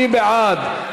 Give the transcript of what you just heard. מי בעד?